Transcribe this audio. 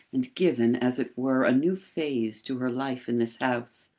and given, as it were, a new phase to her life in this house.